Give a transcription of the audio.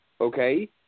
okay